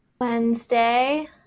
Wednesday